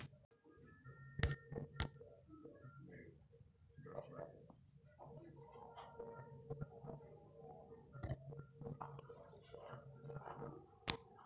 ನನಗೆ ಮೂವತ್ತು ಸಾವಿರ ರೂಪಾಯಿ ಸಾಲ ಬೇಕಿತ್ತು ಸಿಗಬಹುದಾ?